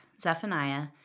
Zephaniah